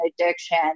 addiction